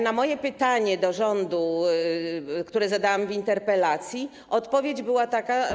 Na moje pytanie do rządu, które zadałam w interpelacji, odpowiedź była taka.